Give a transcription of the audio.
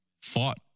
fought